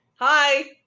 Hi